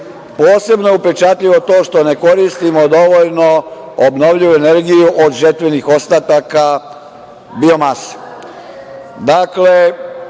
posebno je upečatljivo to što ne koristimo dovoljno obnovljivu energiju od žetvenih ostataka biomase. Dakle,